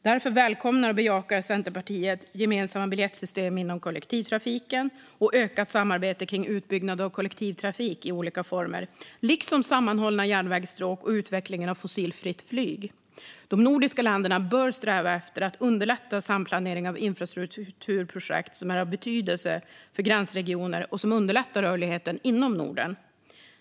Därför välkomnar och bejakar Centerpartiet gemensamma biljettsystem inom kollektivtrafiken och ökat samarbete kring utbyggnad av kollektivtrafik i olika former, liksom sammanhållna järnvägsstråk och utveckling av fossilfritt flyg. De nordiska länderna bör sträva efter att underlätta samplanering av infrastrukturprojekt som är av betydelse för gränsregioner och som underlättar rörligheten inom Norden.